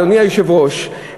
אדוני היושב-ראש,